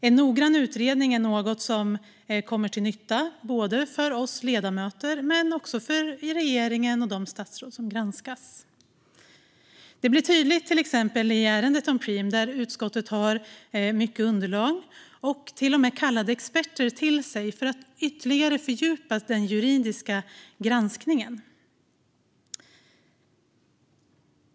En noggrann utredning är något som är till nytta både för oss ledamöter och för regeringen och de statsråd som granskas. Det blir tydligt i till exempel ärendet om Preem, där utskottet har mycket underlag och till och med kallade experter till sig för att ytterligare fördjupa den juridiska granskningen.